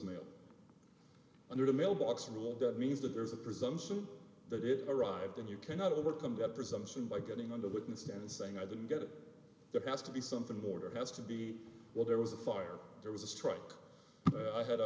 mail under the mailbox rule that means that there's a presumption that it arrived and you cannot overcome that presumption by getting under the witness stand saying i didn't get it that has to be something border has to be well there was a fire there was a strike i had a